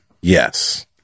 Yes